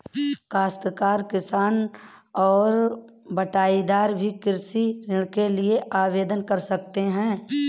काश्तकार किसान और बटाईदार भी कृषि ऋण के लिए आवेदन कर सकते हैं